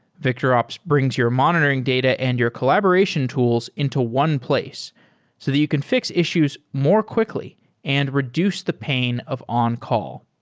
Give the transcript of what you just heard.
victorops brings your monitoring data and your collaboration tools into one place so that you can fix issues more quickly and reduce the pain of on-call.